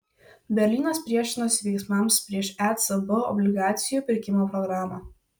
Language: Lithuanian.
berlynas priešinosi veiksmams prieš ecb obligacijų pirkimo programą